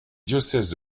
diocèses